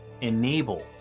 enabled